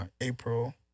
April